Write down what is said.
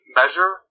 measure